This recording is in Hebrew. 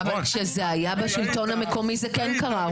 אבל כשה היה בשלטון המקומי, זה כן קרה.